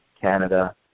Canada